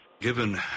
Given